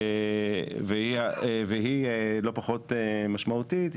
והיא לא פחות משמעותית,